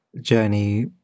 journey